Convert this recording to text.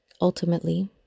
ultimately